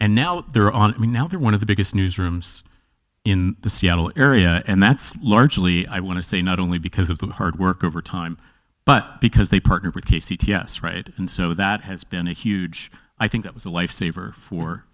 and now they're on me now they're one of the biggest newsrooms in the seattle area and that's largely i want to say not only because of the hard work overtime but because they partnered with p c t s right and so that has been a huge i think it was a lifesaver for